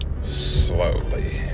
slowly